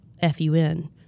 f-u-n